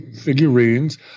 figurines